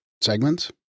segments